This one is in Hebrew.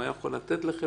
מה הוא יכול לתת לחברה,